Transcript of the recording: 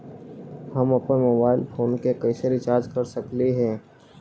हम अप्पन mobile phone के कैसे रिचार्ज कर सकली हे?